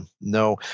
no